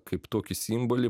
kaip tokį simbolį